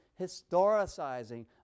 historicizing